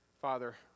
Father